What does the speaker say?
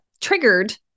triggered